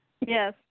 yes